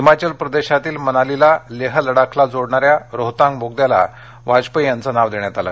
हिमाचल प्रदेशातील मनालीला लेह लडाखला जोडणाऱ्या रोहतांग बोगद्याला वाजपेयी यांचं नाव देण्यात आलं